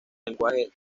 lenguaje